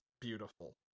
beautiful